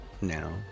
Now